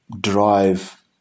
drive